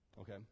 Okay